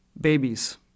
babies